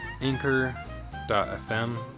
anchor.fm